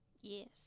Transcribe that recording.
Yes